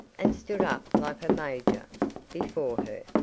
and stood up like a major before her.